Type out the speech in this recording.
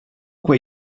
where